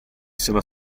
sono